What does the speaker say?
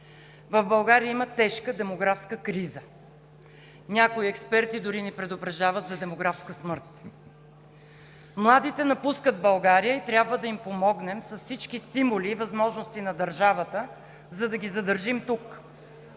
в България има тежка демографска криза. Някои експерти дори ни предупреждават за демографска смърт. Младите напускат България и трябва да им помогнем с всички стимули и възможности на държавата, за да ги задържим тук.